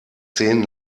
zehn